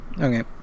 Okay